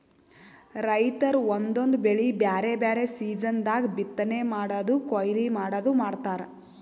ರೈತರ್ ಒಂದೊಂದ್ ಬೆಳಿ ಬ್ಯಾರೆ ಬ್ಯಾರೆ ಸೀಸನ್ ದಾಗ್ ಬಿತ್ತನೆ ಮಾಡದು ಕೊಯ್ಲಿ ಮಾಡದು ಮಾಡ್ತಾರ್